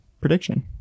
prediction